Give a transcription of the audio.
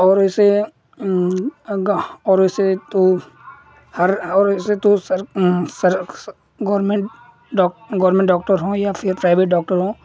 और उसे और उसे तो और और उसे तो sir sir government doc government doctor हों या फिर प्राइवेट डॉक्टर हों